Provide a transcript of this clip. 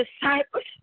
disciples